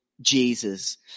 Jesus